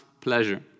pleasure